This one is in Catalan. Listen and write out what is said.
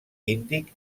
índic